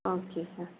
okay sir